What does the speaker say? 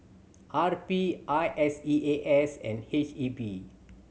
R P I S E A S and H E B